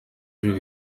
jeu